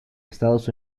estados